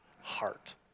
heart